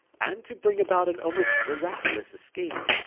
and to bring about an almost miraculous escape.